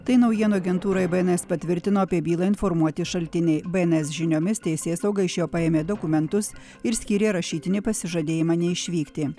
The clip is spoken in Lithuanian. tai naujienų agentūrai b n s patvirtino apie bylą informuoti šaltiniai b n s žiniomis teisėsauga iš jo paėmė dokumentus ir skyrė rašytinį pasižadėjimą neišvykti